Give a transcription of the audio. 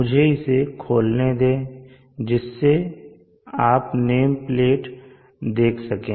मुझे इसे खोलने दें जिससे आप नेम प्लेट देख सकें